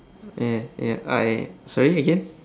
ya ya alright sorry again